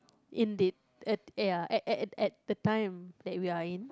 indeed at ya at at at at the time that we are in